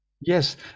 Yes